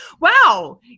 wow